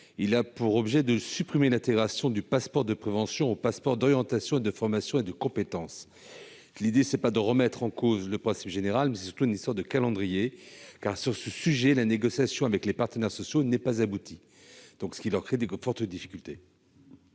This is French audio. l'alinéa 3, c'est-à-dire l'intégration du passeport de prévention au passeport d'orientation, de formation et de compétences. L'idée n'est pas de remettre en cause le principe général : c'est surtout une histoire de calendrier. Sur ce sujet, en effet, la négociation avec les partenaires sociaux n'est pas aboutie, ce qui occasionne pour eux de fortes difficultés.